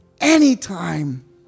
anytime